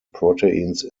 proteins